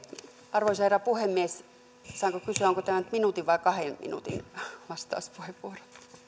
arvoisa herra puhemies saanko kysyä onko tämä nyt minuutin vai kahden minuutin vastauspuheenvuoro